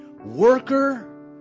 Worker